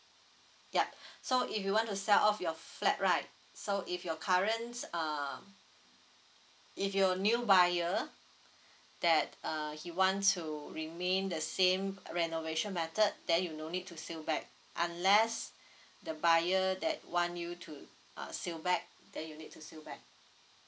yup so if you want to sell off your flat right so if your current uh if your new buyer that uh he want to remain the same renovation method then you no need to seal back unless the buyer that want you to uh seal back then you need to seal back